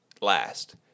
last